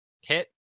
Hit